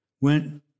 went